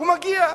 הוא מגיע.